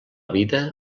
vida